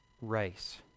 race